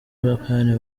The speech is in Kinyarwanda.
buyapani